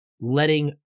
letting